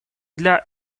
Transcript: для